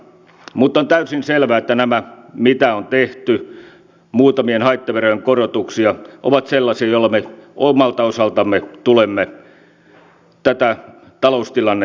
mutta on täysin selvää että nämä mitä on tehty muutamien haittaverojen korotukset ovat sellaisia joilla me omalta osaltamme tulemme tätä taloustilannetta tukemaan